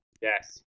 Yes